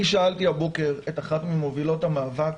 אני שאלתי הבוקר את אחת ממובילות המאבק,